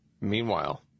Meanwhile